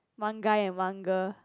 one guy and one girl